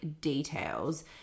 details